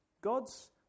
God's